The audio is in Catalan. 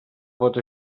pot